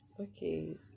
okay